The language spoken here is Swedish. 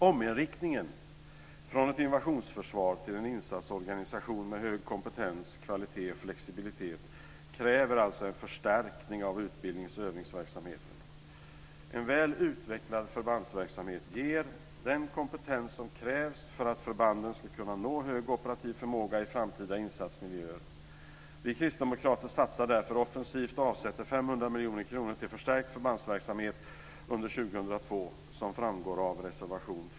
Ominriktningen från ett invasionsförsvar till en insatsorganisation med hög kompetens, kvalitet och flexibilitet kräver en förstärkning av utbildnings och övningsverksamheten. En väl utvecklad förbandsverksamhet ger den kompetens som krävs för att förbanden ska kunna nå hög operativ förmåga i framtida insatsmiljöer. Vi kristdemokrater satsar därför offensivt och avsätter 500 miljoner kronor till förstärkt förbandsverksamhet under 2002 som framgår av reservation 2.